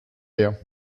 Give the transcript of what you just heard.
leer